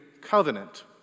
covenant